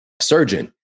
surgeon